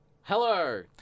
Hello